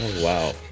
Wow